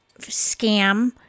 scam